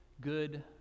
good